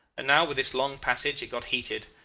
and now with this long passage it got heated,